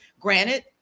Granted